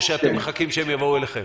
או שאתם מחכים שהם יבואו אליכם?